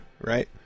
right